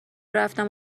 رفتم